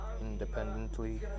independently